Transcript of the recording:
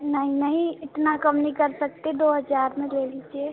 नहीं नहीं इतना कम नहीं कर सकते दो हजार में ले लीजिए